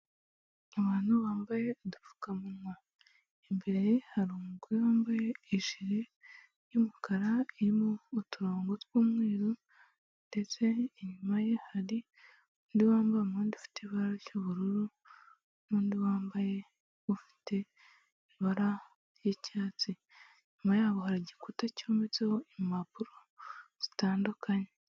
Abantu bambaye udupfukamunwa, imbere ye hari umugore wambaye ijire y'umukara irimo uturongo tw'umweru, ndetse inyuma ye hari undi wambaye umwenda ufite ibara ry'ubururu n'undi wambaye ufite ibara ry'icyatsi, inyuma yabo hari igikuta cyometseho impapuro zitandukanye.